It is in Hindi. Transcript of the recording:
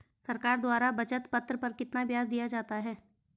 सरकार द्वारा बचत पत्र पर कितना ब्याज दिया जाता है?